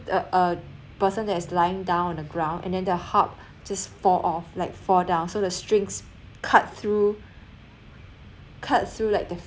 uh a person that is lying down on the ground and then the hub just fall off like fall down so the strings cut through cut through like the